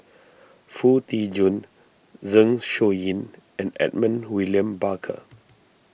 Foo Tee Jun Zeng Shouyin and Edmund William Barker